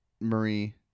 Marie